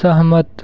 सहमत